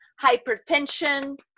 hypertension